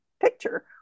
picture